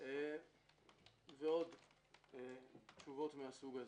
ועוד תשובות מסוג זה.